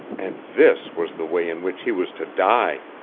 and this was the way in which he was to die!